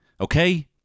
Okay